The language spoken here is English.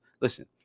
listen